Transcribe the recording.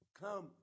come